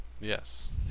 Yes